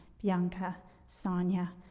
bianca, sonya,